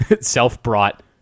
self-brought